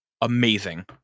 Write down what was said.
amazing